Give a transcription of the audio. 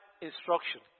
instruction